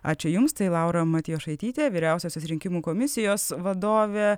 ačiū jums tai laura matjošaitytė vyriausiosios rinkimų komisijos vadovė